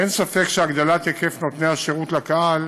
אין ספק שהגדלת מספר נותני השירות לקהל